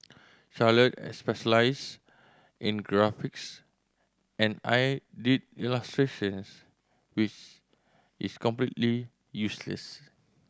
Charlotte specialized in graphics and I did illustrations which is completely useless